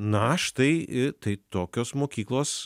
na štai į tai tokios mokyklos